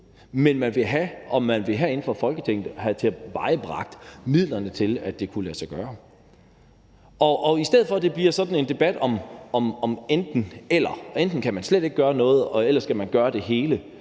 Men man ville herinde fra Folketinget have tilvejebragt midlerne til, at det kunne lade sig gøre. Og i stedet for at det bliver sådan en debat om enten-eller – altså at man enten slet ikke kan gøre noget, eller at man skal gøre det hele